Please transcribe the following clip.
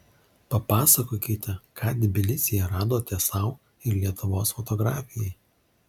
papasakokite ką tbilisyje atradote sau ir lietuvos fotografijai